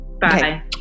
Bye